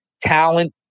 talent